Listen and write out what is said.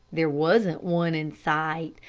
there wasn't one in sight,